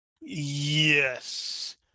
Yes